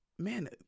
Man